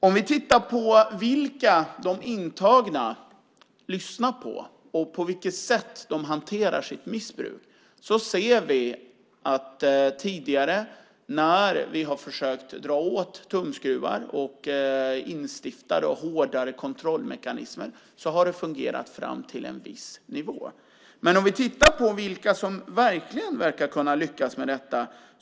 Vi kan titta på vilka de intagna lyssnar på och på vilket sätt de hanterar sitt missbruk. Då ser vi att det tidigare, när vi har försökt dra åt tumskruvar och instifta hårdare kontrollmekanismer, har fungerat fram till en viss nivå. Men vi kan titta på vilka som verkligen verkar kunna lyckas med detta.